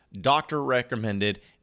doctor-recommended